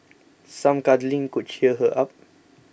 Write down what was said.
some cuddling could cheer her up